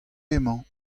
emañ